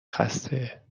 خسته